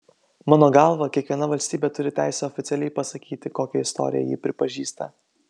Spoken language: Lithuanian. mano galva kiekviena valstybė turi teisę oficialiai pasakyti kokią istoriją ji pripažįsta